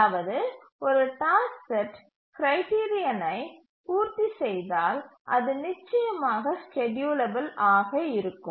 அதாவது ஒரு task set கிரைடிரியனை பூர்த்தி செய்தால் அது நிச்சயமாக ஸ்கேட்யூலபில் ஆக இருக்கும்